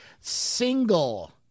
single